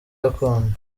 gakondo